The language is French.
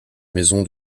maison